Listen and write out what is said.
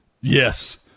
Yes